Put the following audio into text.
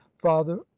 father